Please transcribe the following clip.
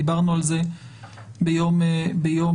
דיברנו על זה ביום ראשון,